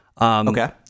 Okay